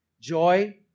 joy